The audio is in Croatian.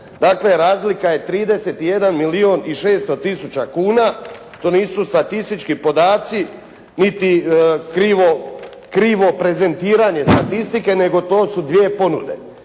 Dakle razlika je 31 milijun i 600 tisuća kuna. To nisu statistički podaci niti krivo prezentiranje statistike nego to su dvije ponude.